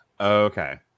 Okay